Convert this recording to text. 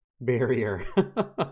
barrier